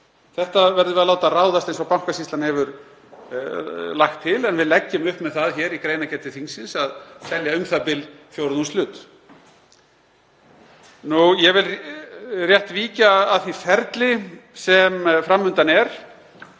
Þetta verðum við að láta ráðast eins og Bankasýslan hefur lagt til, en við leggjum upp með það hér í greinargerð til þingsins að telja u.þ.b. fjórðungshlut. Ég vil rétt víkja að því ferli sem fram undan er.